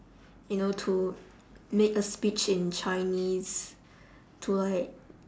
you know to make a speech in chinese to like